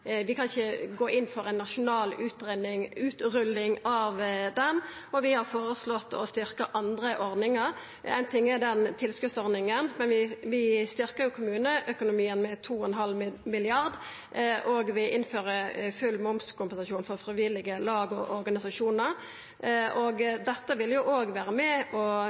vi meiner at vi ikkje kan gå inn for ei nasjonal utrulling av fritidskortordninga. Vi har føreslått å styrkja andre ordningar. Éin ting er tilskotsordninga, men vi styrkjer kommuneøkonomien med 2,5 mrd. kr, og vi innfører full momskompensasjon for frivillige lag og organisasjonar. Dette vil òg vera med og